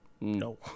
No